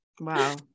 wow